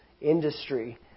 industry